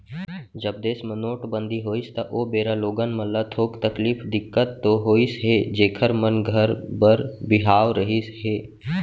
जब देस म नोटबंदी होइस त ओ बेरा लोगन मन ल थोक तकलीफ, दिक्कत तो होइस हे जेखर मन घर बर बिहाव रहिस हे